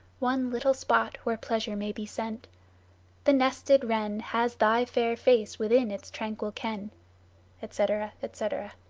one little spot where pleasure may be sent the nested wren has thy fair face within its tranquil ken etc, etc.